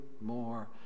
more